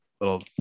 little